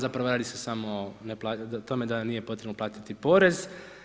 Zapravo radi se samo o tome da nije potrebno platiti porez.